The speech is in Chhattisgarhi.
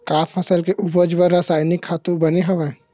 का फसल के उपज बर रासायनिक खातु बने हवय?